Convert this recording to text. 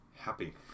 happy